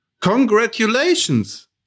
congratulations